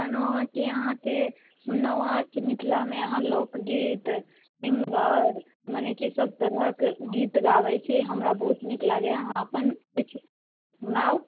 कहनहुँ हँ कि अहाँके नवाक मिथलामे लोकगीत सिंगर माने की सब तरहक गीत गाबै छी हमरा बहुत नीक लागैए अहाँ अपन किछु सुनाउ